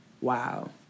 Wow